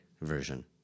version